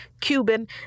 Cuban